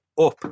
up